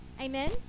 Amen